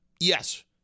yes